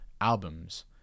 albums